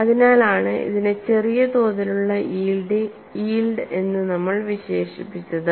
അതിനാലാണ് ഇതിനെ ചെറിയ തോതിലുള്ള യീൽഡ് എന്ന് നമ്മൾ വിശേഷിപ്പിച്ചത്